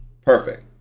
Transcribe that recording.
perfect